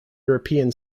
european